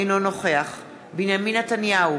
אינו נוכח בנימין נתניהו,